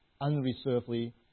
unreservedly